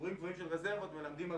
שיעורים גבוהים של רזרבות מלמדים על